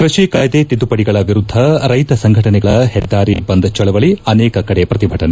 ಕೃಷಿ ಕಾಯ್ದೆ ತಿದ್ದುಪಡಿಗಳ ವಿರುದ್ದ ರೈತಸಂಘಟನೆಗಳ ಹೆದ್ದಾರಿ ಬಂದ್ ಚಳವಳಿ ಅನೇಕ ಕಡೆ ಪ್ರತಿಭಟನೆ